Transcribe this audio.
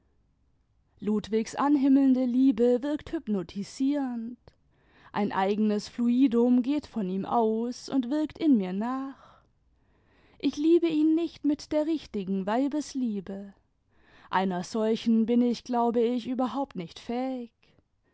ludwigs anhimmelnde liebe wirkt hypnotisierend ein eigenes fluidum geht von ihm aus und wirkt in mir nach ich liebe ihi nicht mit der richtigen weibesliebe einer solchen biii ich glaube ich überhaupt nicht fähig